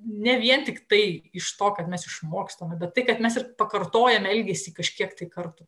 ne vien tiktai iš to kad mes išmokstame bet tai kad mes ir pakartojame elgesį kažkiek tai kartų